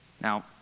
Now